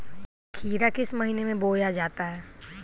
खीरा किस महीने में बोया जाता है?